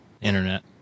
internet